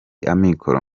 amikoro